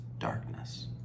darkness